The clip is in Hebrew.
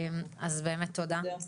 באמת תודה.